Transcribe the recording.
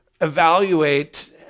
evaluate